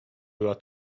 była